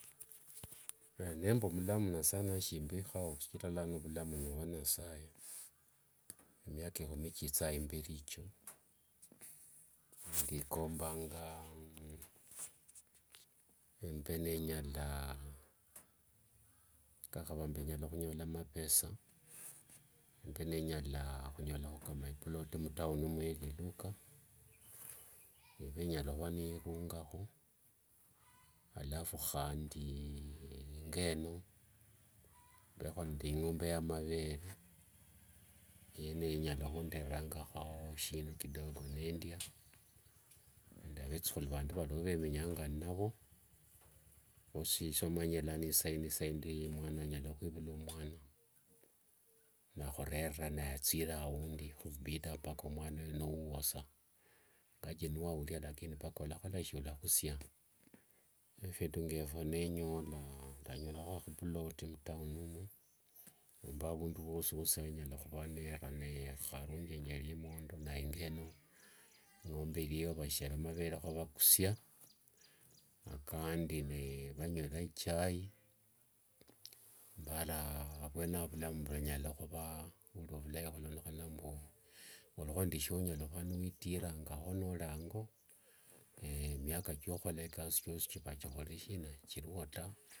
nemba mulamu nasaye nashimbikha okhumira vulamu ni vwa nasaye miaka ekhumi chichanga imberi echio, nendekombanga nenyala, kakhava enyala khunyola mapesa mbe nenyala khunyolakho kama iplot mtown mweliluka. eve nenyala khurungakho alafu handi ingo mbekhi nende ingombe yamavere. Eyeneyo inyala khundererangakho shindu kidogo nendia nende vethukhulu vandi valio vamenyanga inavo, vosi somanyire isaindi mwana anyala khwivulwa omwana, nakhurerera naye athire aundi, khuphibida mpaka omwana oyo niwuwo sa, ingawaje niwaulia mpaka walakhola sina walakhusia. Kho phindu ngephio nenyola, ndanyolakho khaploti mtown umo nomba avundu wosiwosi wenyala khuva nera khavenge ningondo naye ingo eno ingombe iliyo nivashera mavere nivakusia kandi nivangwera ichai. Mbara avwene ao vulamu vunyala khuva nivuli vulai khulondekhana mbu ulikho nende shionyalakhuva niwitirangakho noli ango, miaka chio khukhola ikasi chiva chikhorere sina chiva sichilio taa.